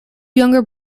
younger